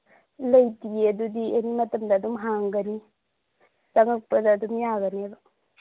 ꯂꯩꯇꯦꯌꯦ ꯑꯗꯨꯗꯤ ꯑꯦꯅꯤ ꯃꯇꯝꯗ ꯑꯗꯨꯝ ꯍꯥꯡꯒꯅꯤ ꯆꯪꯉꯛꯄꯗ ꯑꯗꯨꯝ ꯌꯥꯒꯅꯤꯕ